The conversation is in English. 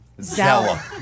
Zella